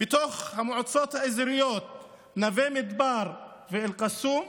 בתוך המועצות האזוריות נווה מדבר ואל-קסום,